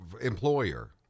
employer